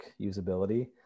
usability